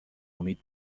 امید